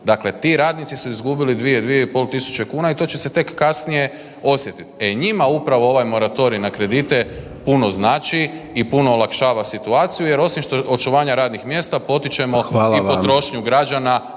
Dakle, ti radnici su izgubili 2.000, 2.500 kuna i to će se tek kasnije osjetiti. E njima upravo ovaj moratorij na kredite puno znači i puno olakšava situaciju jer osim očuvanja radnih mjesta potičemo i potrošnju građana